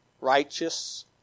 righteous